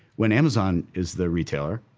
when amazon is the retailer,